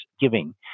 giving